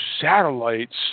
satellites